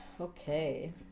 Okay